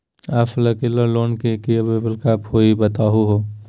अल्पकालिक लोन के कि कि विक्लप हई बताहु हो?